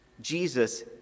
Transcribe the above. Jesus